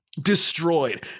destroyed